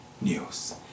news